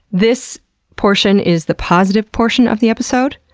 this portion is the positive portion of the episode.